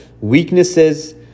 weaknesses